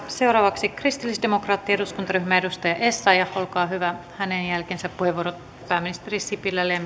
seuraavaksi kristillisdemokraattinen eduskuntaryhmä edustaja essayah olkaa hyvä hänen jälkeensä puheenvuorot pääministeri sipilälle ja